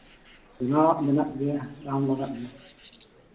ᱞᱚᱞᱚᱣᱟᱜ ᱢᱮᱢᱱᱟᱜ ᱜᱮᱭᱟ ᱟᱢ ᱞᱟᱜᱟᱫ ᱫᱚ